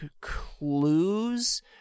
clues